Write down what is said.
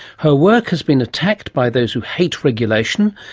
her work has been attacked by those who hate regulation,